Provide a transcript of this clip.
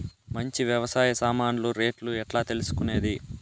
మంచి వ్యవసాయ సామాన్లు రేట్లు ఎట్లా తెలుసుకునేది?